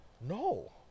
No